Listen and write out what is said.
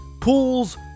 pools